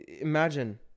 imagine